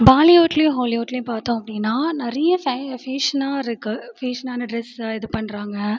பாலிவுட்லையும் ஹோலிவுட்லையும் பார்த்தோம் அபப்டின்னா நிறைய ஃபை ஃபேஷனாக இருக்குது ஃபேஷனான ட்ரெஸ்ஸை இது பண்ணுறாங்க